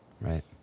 Right